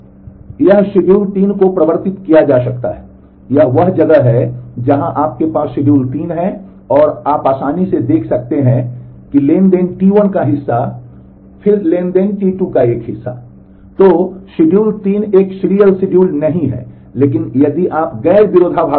अब यह शेड्यूल 3 को परिवर्तित किया जा सकता है यह वह जगह है जहां आपके पास शेड्यूल 3 है और आप आसानी से देख सकते हैं कि ट्रांज़ैक्शन T1 का हिस्सा फिर ट्रांज़ैक्शन T2 का एक हिस्सा